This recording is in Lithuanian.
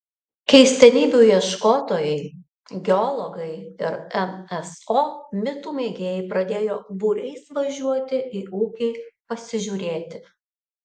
keistenybių ieškotojai geologai ir nso mitų mėgėjai pradėjo būriais važiuoti į ūkį pasižiūrėti